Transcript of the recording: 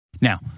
now